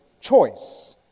choice